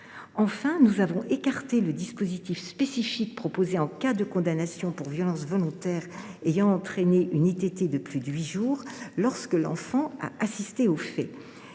enfin écarté le dispositif spécifique proposé en cas de condamnation pour violences volontaires ayant entraîné une ITT de plus de huit jours, lorsque l’enfant a assisté au fait.